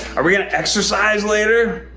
are we gonna exercise later?